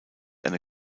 eine